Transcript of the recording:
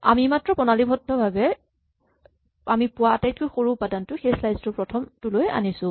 আমি মাত্ৰ প্ৰণালীবদ্ধভাৱে আমি পোৱা আটাইতকৈ সৰু উপাদানটো সেই স্লাইচ টোৰ প্ৰথমলৈ আনিছো